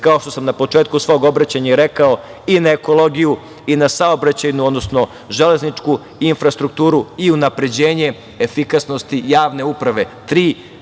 kao što sam na početku svog obraćanja i rekao, i na ekologiju i na saobraćajnu, odnosno železničku infrastrukturu i unapređenje efikasnosti javne uprave.